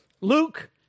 Luke